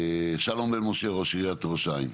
שלום בן משה, ראש עיריית ראש העין.